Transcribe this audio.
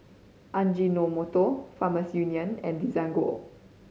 Ajinomoto Farmers Union and Desigual